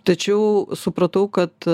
tačiau supratau kad